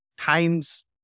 Times